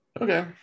Okay